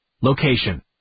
Location